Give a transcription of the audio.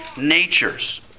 natures